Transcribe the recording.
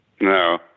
No